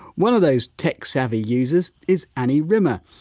one of those tech savvy users is annie rimmer.